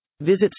Visit